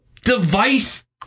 device